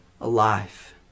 alive